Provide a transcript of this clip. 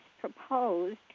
proposed